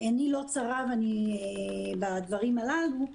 עיני לא צרה בדברים הללו,